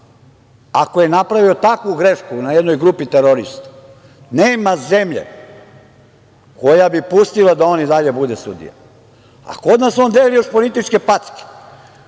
ako je napravio takvu grešku na jednoj grupi terorista, nema zemlje koja bi pustila da on i dalje bude sudija, a kod nas on deli još političke packe,